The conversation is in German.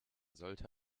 sollte